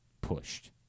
pushed